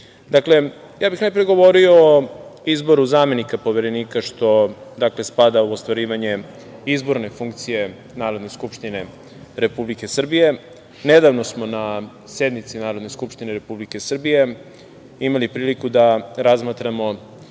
bih govorio o izboru zamenika Poverenika, što spada u ostvarivanje izborne funkcije Narodne skupštine Republike Srbije. Nedavno smo na sednici Narodne skupštine Republike Srbije imali priliku da razmatramo